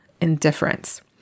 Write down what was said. indifference